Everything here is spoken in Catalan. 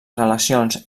relacions